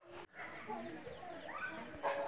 खरपतवार खत्म करने वाली दवाई कौन सी है?